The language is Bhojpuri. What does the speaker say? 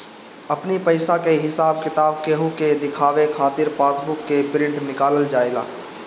अपनी पईसा के हिसाब किताब केहू के देखावे खातिर पासबुक के प्रिंट निकालल जाएला